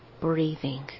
breathing